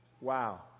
wow